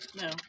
No